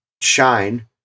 shine